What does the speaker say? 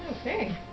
Okay